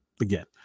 Again